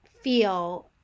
feel